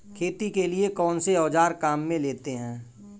खेती के लिए कौनसे औज़ार काम में लेते हैं?